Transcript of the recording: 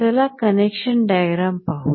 चला connection diagram पाहू